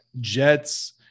Jets